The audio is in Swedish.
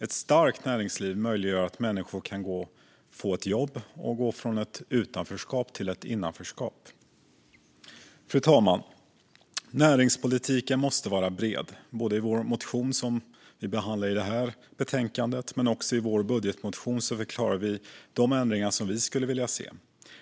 Ett starkt näringsliv gör det möjligt för människor att få ett jobb och att gå från ett utanförskap till ett innanförskap. Fru talman! Näringspolitiken måste vara bred. I vår motion som behandlas i detta betänkande men också i vår budgetmotion förklarar vi de ändringar som vi skulle vilja se.